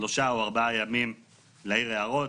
שלושה או ארבעה ימים להעיר הערות,